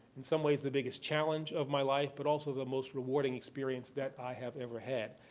in some ways, the biggest challenge of my life but also the most rewarding experience that i have ever had.